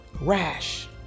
rash